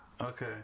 Okay